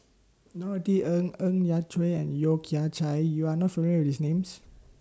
Norothy Ng Ng Yat Chuan and Yeo Kian Chai YOU Are not familiar with These Names